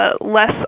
less